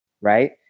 Right